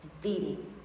feeding